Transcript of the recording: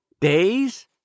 days